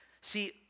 See